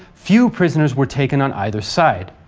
few prisoners were taken on either side.